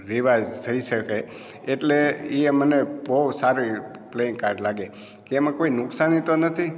રહેવા થઈ શકે એટલે એ પણ મને બહુ સારી પ્લેઇંગ કાર્ડ લાગે કે એમાં કોઈ નુકસાની તો નથી